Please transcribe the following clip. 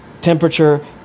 temperature